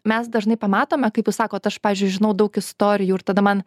mes dažnai pamatome kaip jūs sakot aš pavyzdžiui žinau daug istorijų ir tada man